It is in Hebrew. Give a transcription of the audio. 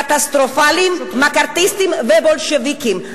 קטסטרופליים, מקארתיסטיים ובולשביקיים.